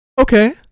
Okay